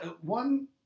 One